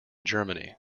germany